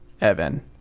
Evan